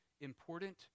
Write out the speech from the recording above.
important